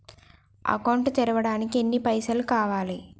Account తెరవడానికి ఎన్ని పైసల్ కావాలే?